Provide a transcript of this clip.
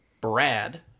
Brad